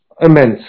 immense